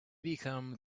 become